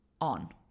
On